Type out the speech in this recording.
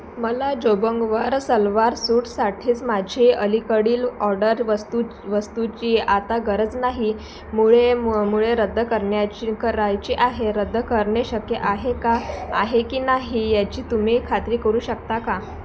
मला जबोंगवर सलवार सूटसाठीच माझे अलीकडील ऑर्डर वस्तू वस्तूची आता गरज नाही मुळे मु मुळे रद्द करण्याची करायची आहे रद्द करणे शक्य आहे का आहे की नाही याची तुम्ही खात्री करू शकता का